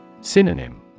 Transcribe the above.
Synonym